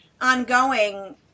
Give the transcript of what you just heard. ongoing